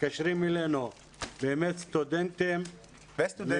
מתקשרים אלינו סטודנטים -- וסטודנטיות.